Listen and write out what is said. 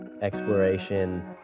exploration